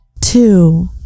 Two